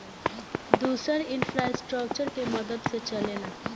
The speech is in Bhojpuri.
दुसर इन्फ़्रास्ट्रकचर के मदद से चलेला